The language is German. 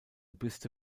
büste